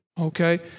Okay